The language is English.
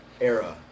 era